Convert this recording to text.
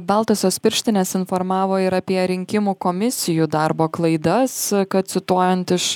baltosios pirštinės informavo ir apie rinkimų komisijų darbo klaidas kad cituojant iš